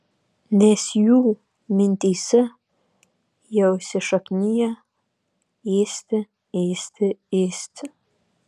nes jų mintyse jau įsišakniję ėsti ėsti ėsti